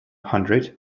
hundred